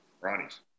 Ronnie's